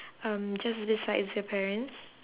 um just besides the parents